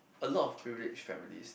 a lot of privilege families